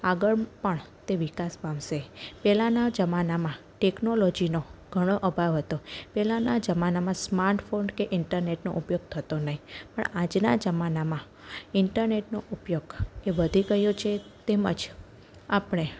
આગળ પણ તે વિકાસ પામશે પહેલાંના જમાનામાં ટેક્નોલોજીનો ઘણો અભાવ હતો પહેલાંના જમાનામાં સ્માર્ટફોન કે ઇન્ટરનેટનો ઉપયોગ થતો નહીં પણ આજના જમાનામાં ઇન્ટરનેટનો ઉપયોગ એ વધી ગયો છે તેમજ આપણે